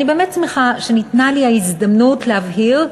אני באמת שמחה שניתנה לי ההזדמנות להבהיר,